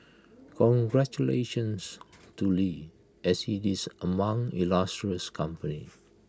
congratulations to lee as he is among illustrious company